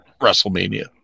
WrestleMania